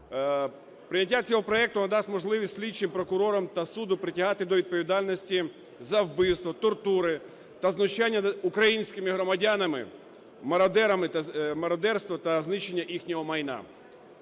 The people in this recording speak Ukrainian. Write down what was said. Прийняття цього проекту надасть можливість слідчим, прокурорам та суду притягати до відповідальності за вбивство, тортури та знущання над українськими громадянами, мародерами... мародерство та знищення їхнього майна.